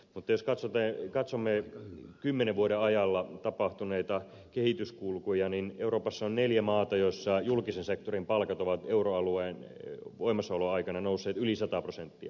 mutta jos katsomme kymmenen vuoden ajalla tapahtuneita kehityskulkuja niin euroopassa on neljä maata joissa julkisen sektorin palkat ovat euroalueen voimassaoloaikana nousseet yli sata prosenttia